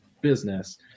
business